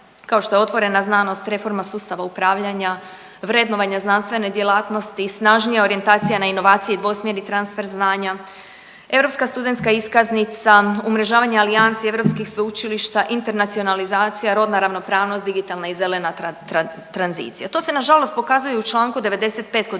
kao što je otvorena znanost, reforma sustava upravljanja, vrednovanja znanstvene djelatnosti, snažnija orijentacija na inovacije i dvosmjerni transfer znanja, europska studentska iskaznica, umrežavanje alijansi europskih sveučilišta internacionalizacija, rodna ravnopravnost, digitalna i zelena tranzicija. To se nažalost pokazuje i u čl. 95 kod